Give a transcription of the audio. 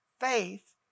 faith